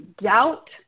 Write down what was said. Doubt